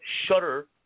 shutter